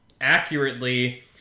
accurately